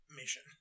mission